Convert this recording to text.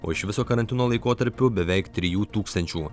o iš viso karantino laikotarpiu beveik trijų tūkstančių